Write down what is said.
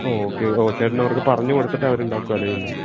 okay ഓ ചേട്ടനവർക്ക് പറഞ്ഞുകൊടുത്തിട്ട് അവര് ഉണ്ടാക്കുകയാണല്ലെ ചെയ്യുന്നത്